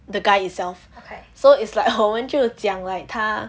the guy itself so is like 我们就讲 like 他